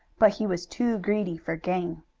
but he was too greedy for gain.